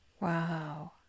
Wow